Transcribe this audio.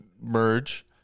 merge